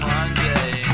Monday